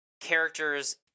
characters